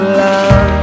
love